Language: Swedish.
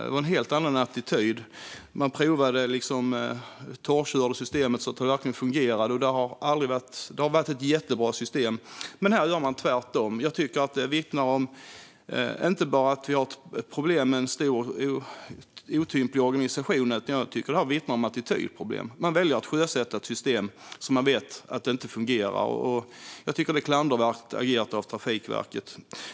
Det var en helt annan attityd. Man provade och torrkörde systemet så att det verkligen fungerade. Det har varit ett jättebra system. Men här gör man tvärtom. Jag tycker att detta vittnar inte bara om att vi har problem med en stor och otymplig organisation utan också om att vi har ett attitydproblem. Man väljer att sjösätta ett system som man vet inte fungerar. Jag tycker att det är klandervärt agerat av Trafikverket.